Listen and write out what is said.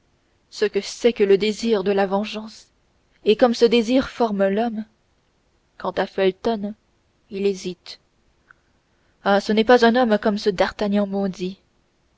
ce que c'est que le désir de la vengeance et comme ce désir forme l'homme quant à felton il hésite ah ce n'est pas un homme comme ce d'artagnan maudit